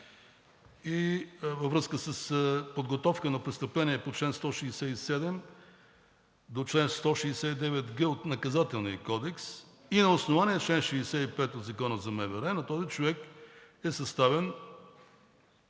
във връзка с подготовка на престъпление по чл. 167 до чл. 169г от Наказателния кодекс и на основание чл. 65 от Закона за МВР на този човек е съставен